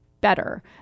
better